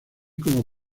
como